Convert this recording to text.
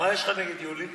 מה יש לך נגד יולי?